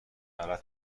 غلط